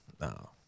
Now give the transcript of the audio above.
No